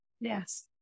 Yes